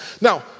Now